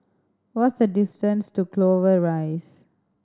what's the distance to Clover Rise